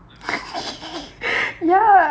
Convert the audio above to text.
ya